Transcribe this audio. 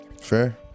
fair